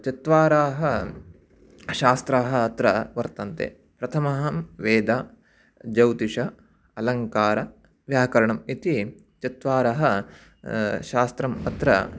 चत्वारि शास्त्राणि अत्र वर्तन्ते प्रथमतः वेदाः ज्यौतिषम् अलङ्कारः व्याकरणम् इति चत्वारि शास्त्राणि अत्र